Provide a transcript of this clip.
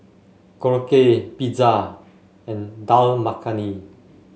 Korokke Pizza and Dal Makhani